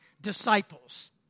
disciples